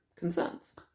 concerns